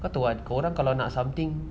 kau tahu orang kalau nak something